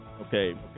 Okay